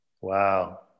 Wow